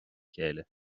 chéile